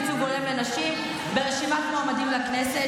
ייצוג הולם לנשים ברשימת מועמדים לכנסת),